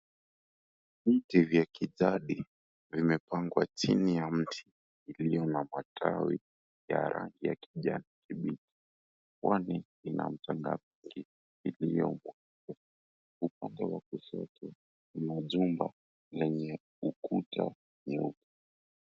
Viti vya kijadi vimepangwa chini ya mti iliyo na matawi ya rangi ya kijani kibichi. Pwani ina mchanga mweupe uliomwagwa upande wa kushoto kuna jumba lenye ukuta nyeupe.